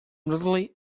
literally